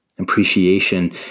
Appreciation